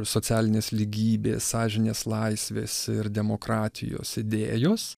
socialinės lygybės sąžinės laisvės ir demokratijos idėjos